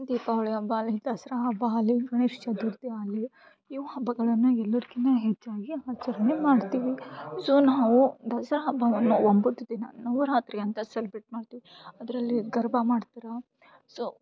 ದೀಪಾವಳಿ ಹಬ್ಬ ಆಲಿ ದಸ್ರಾ ಹಬ್ಬ ಆಲಿ ಗಣೇಶ ಚತುರ್ಥಿ ಆಲಿ ಇವು ಹಬ್ಬಗಳನ್ನು ಎಲ್ಲಾರ್ಕಿನ ಹೆಚ್ಚಾಗಿ ಆಚರ್ಣೆ ಮಾಡ್ತೀವಿ ಸೊ ನಾವು ದಸ್ರಾ ಹಬ್ಬವನ್ನು ಒಂಬತ್ತು ದಿನಾನು ನವ ರಾತ್ರಿ ಅಂತ ಸೆಲ್ಬ್ರೇಟ್ ಮಾಡ್ತೀವಿ ಅದರಲ್ಲಿ ಗಾರ್ಬ ಮಾಡ್ತಿರ ಸೊ